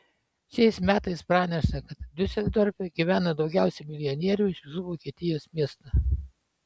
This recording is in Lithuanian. šiais metais pranešta kad diuseldorfe gyvena daugiausiai milijonierių iš visų vokietijos miestų